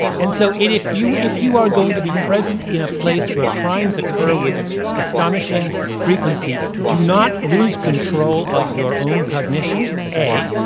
and so and if you if you are going to be present in a place where crimes occur with astonishing frequency, do not lose control of your own cognition, a,